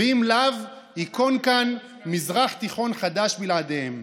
ואם לאו, ייכון כאן מזרח תיכון חדש בלעדיהם.